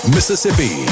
Mississippi